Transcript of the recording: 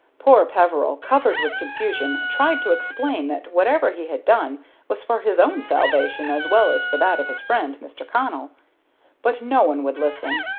poor peveril, covered with confusion, tried to explain that whatever he had done was for his own salvation as well as for that of his friend, mr. connell but no one would listen.